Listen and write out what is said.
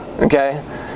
Okay